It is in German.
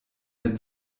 mit